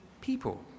people